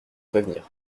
prévenir